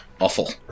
awful